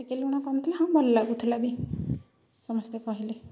ଟିକେ ଲୁଣ କମ୍ ଥିଲା ହଁ ଭଲ ଲାଗୁଥିଲା ବି ସମସ୍ତେ କହିଲେ